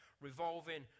revolving